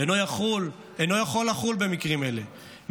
אינו יכול לחול במקרים אלה,